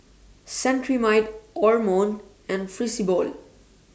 Cetrimide Omron and Fibrosol